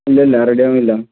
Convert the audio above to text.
ഇല്ല ഇല്ല റെഡി ആകുന്നില്ല